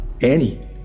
Annie